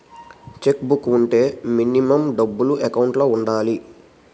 Check book వుంటే minimum డబ్బులు account లో ఉండాలి?